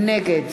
נגד